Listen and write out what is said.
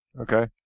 Okay